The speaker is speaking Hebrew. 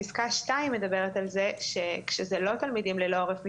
פסקה (2) מדברת על זה שכשזה לא תלמידים ללא עורף משפחתי,